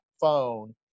phone